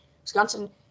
Wisconsin